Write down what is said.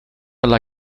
alla